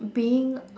being